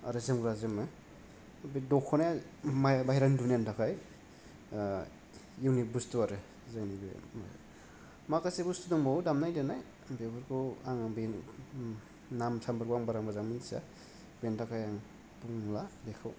आरो जोमग्रा जोमो बे दखनाया बायरानि दुनियानि थाखाय ओ इउनिक बुसथु आरो माखासे बुसथु दंबावो दामनाय देनाय बेफोरखौ आङो नाम सामफोरखौ आं बारा मोजांयै मिथिया बेनिथाखाय आं बुंला बेखौ